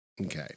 Okay